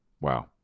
wow